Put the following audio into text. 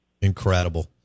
Incredible